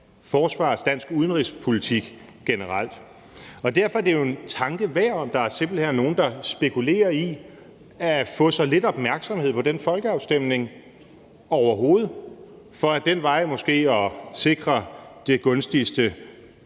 forsvars- og dansk udenrigspolitik generelt. Og derfor er det jo en tanke værd, om der simpelt hen er nogle der spekulerer i at få så lidt opmærksomhed om den folkeafstemning som overhovedet muligt for ad den vej måske at sikre det gunstigste